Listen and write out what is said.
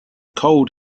cold